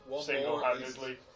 Single-handedly